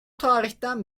tarihten